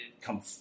come